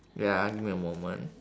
wait ah give me a moment